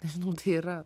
nežinau tai yra